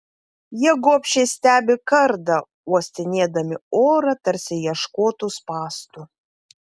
jie gobšiai stebi kardą uostinėdami orą tarsi ieškotų spąstų